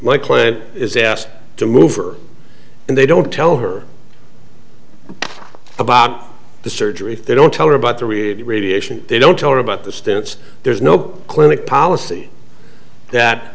client is asked to move or and they don't tell her about the surgery they don't tell her about the read radiation they don't tell her about the stents there's no clinic policy that